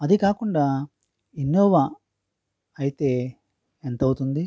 అది కాకుండా ఇన్నోవా అయితే ఎంత అవుతుంది